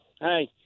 hey